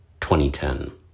2010